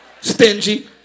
Stingy